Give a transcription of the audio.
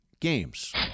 games